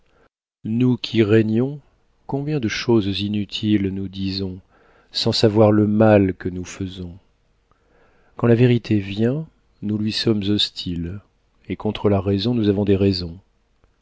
nous qui régnons combien de choses inutiles nous disons sans savoir le mal que nous faisons quand la vérité vient nous lui sommes hostiles et contre la raison nous avons des raisons